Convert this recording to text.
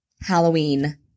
Halloween